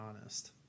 honest